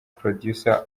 producer